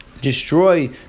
destroy